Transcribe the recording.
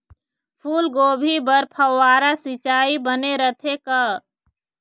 फूलगोभी बर फव्वारा सिचाई बने रथे का?